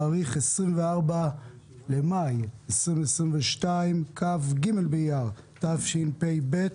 היום ה-24 במאי 2022, כ"ג אייר התשפ"ב.